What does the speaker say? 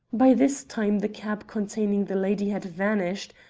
by this time the cab containing the lady had vanished,